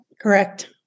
correct